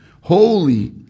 Holy